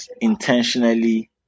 intentionally